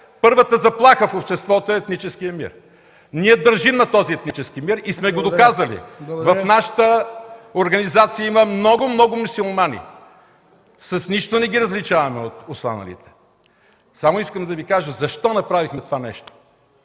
първата заплаха в обществото е етническият мир. Ние държим на този етнически мир и сме го доказали. В нашата организация има много, много мюсюлмани. С нищо не ги различаваме от останалите. Само искам да Ви кажа защо направихме това нещо?